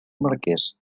marqués